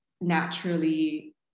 naturally